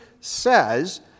says